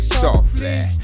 softly